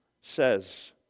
says